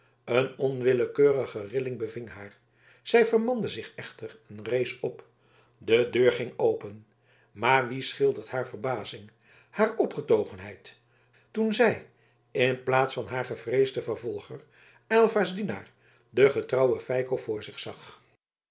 een onwillekeurige trilling beving haar zij vermande zich echter en rees op de deur ging open maar wie schildert haar verbazing haar opgetogenheid toen zij in de plaats van haar gevreesden vervolger aylva's dienaar den getrouwen feiko voor zich zag